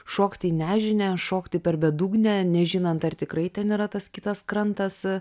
šokti į nežinią šokti per bedugnę nežinant ar tikrai ten yra tas kitas krantas